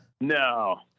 No